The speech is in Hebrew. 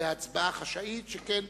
בהצבעה חשאית, שכן